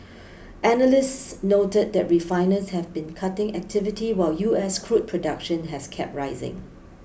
analysts noted that refiners have been cutting activity while U S crude production has kept rising